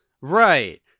Right